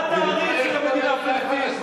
מה, של המדינה הפלסטינית?